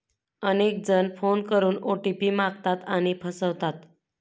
अनेक जण फोन करून ओ.टी.पी मागतात आणि फसवतात